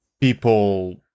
people